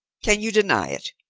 can you deny it?